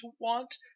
want